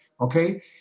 okay